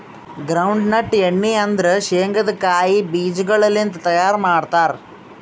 ground nut ಎಣ್ಣಿ ಅಂದುರ್ ಶೇಂಗದ್ ಕಾಯಿ ಬೀಜಗೊಳ್ ಲಿಂತ್ ತೈಯಾರ್ ಮಾಡ್ತಾರ್